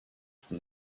from